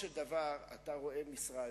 מרביץ 160. כעבור חמש דקות ניידת משטרה עוצרת.